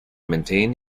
maintained